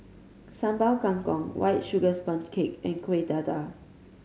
Sambal Kangkong White Sugar Sponge Cake and Kuih Dadar